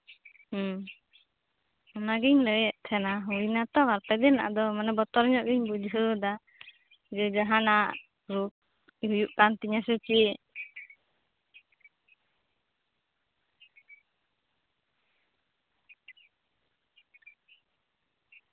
ᱦᱩᱸ ᱚᱱᱟᱜᱤᱧ ᱞᱟᱹᱭᱮᱫ ᱛᱟᱦᱮᱸᱱᱟ ᱦᱩᱭ ᱱᱟᱛᱚ ᱵᱟᱨᱯᱮ ᱫᱤᱱ ᱟᱫᱚ ᱵᱚᱛᱚᱨ ᱧᱚᱜ ᱜᱤᱧ ᱵᱩᱡᱷᱟᱹᱣᱫᱟ ᱡᱮ ᱡᱟᱦᱟᱸᱱᱟᱜ ᱨᱳᱜᱽ ᱦᱩᱭᱩᱜ ᱠᱟᱱ ᱛᱤᱧᱟᱹ ᱥᱮ ᱪᱮᱫ